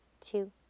two